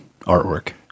artwork